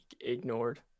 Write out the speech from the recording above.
Ignored